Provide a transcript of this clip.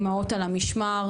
"אימהות על המשמר",